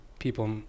People